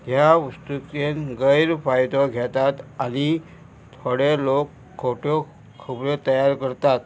ह्या वस्तुकेन गैरफायदो घेतात आनी थोडे लोक खोट्यो खबऱ्यो तयार करतात